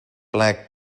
black